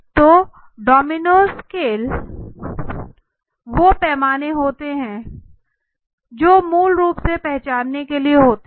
तो dominoes scale वो पैमाने होते हैं जो मूल रूप से पहचानने के लिए होते हैं